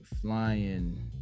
flying